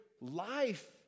life